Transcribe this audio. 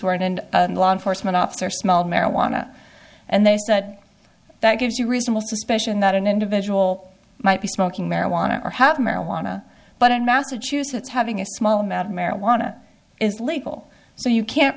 where it and law enforcement officer small marijuana and they said that gives you reasonable suspicion that an individual might be smoking marijuana or have marijuana but in massachusetts having a small amount of marijuana is legal so you can't